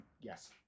Yes